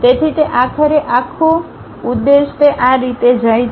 તેથી તે આખરે આખું ઉદ્દેશ તે આ રીતે જાય છે